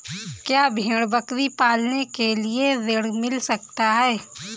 क्या भेड़ बकरी पालने के लिए ऋण मिल सकता है?